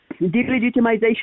delegitimization